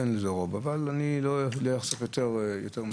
אין לו רוב, אבל אני לא אחשוף יותר מזה.